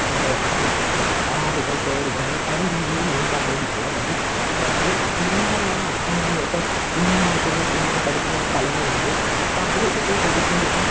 നമ്മൾ പല ആറുകള് തോടുകൾ അങ്ങനെ പല രീതിയില് നീന്താൻ വേണ്ടി പോവും നമ്മൾ ഒരു നീന്തലിനാണ് അക്കാദമി ഇപ്പോൾ സിമ്മിങ്ങിനായിട്ട് തന്നെ സിമ്മിങ്ങ് പഠിപ്പിക്കുന്ന സ്ഥലങ്ങളുണ്ട് അപ്പം അവിടെയൊക്കെ പോയി പഠിക്കുന്നത്